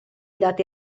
dati